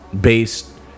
based